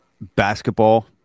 basketball